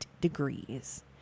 degrees